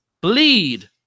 bleed